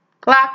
Clock